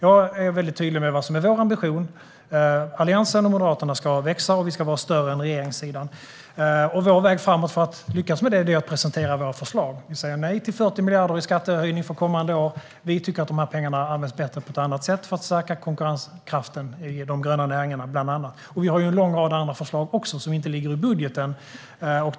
Jag är tydlig med vad som är vår ambition: Alliansen och Moderaterna ska växa, och vi ska vara större än regeringssidan. Vår väg framåt för att lyckas med det är att presentera våra förslag. Vi säger nej till 40 miljarder i skattehöjning för kommande år. Vi tycker att pengarna används bättre på ett annat sätt för att stärka konkurrenskraften bland annat i de gröna näringarna. Vi har också en lång rad andra förslag som inte ligger i budgeten.